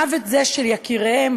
מוות זה של יקיריהן,